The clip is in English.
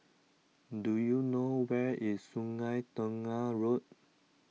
do you know where is Sungei Tengah Road